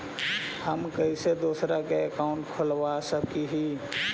हम कैसे दूसरा का अकाउंट खोलबा सकी ही?